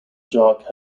jacques